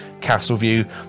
Castleview